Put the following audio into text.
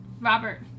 robert